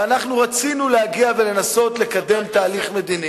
ואנחנו רצינו להגיע ולנסות לקדם תהליך מדיני.